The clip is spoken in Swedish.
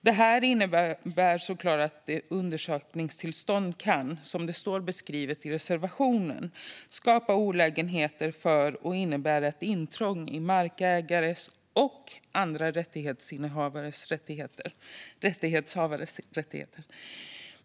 Detta innebär såklart att ett undersökningstillstånd, som det står i reservationen, kan skapa olägenheter för och innebära ett intrång i markägares och andra rättighetshavares rättigheter.